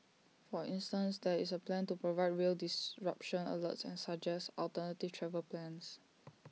for instance there is A plan to provide rail disruption alerts and suggest alternative travel plans